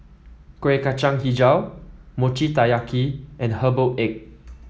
Kuih Kacang hijau Mochi Taiyaki and Herbal Egg